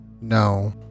No